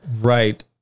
Right